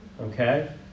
Okay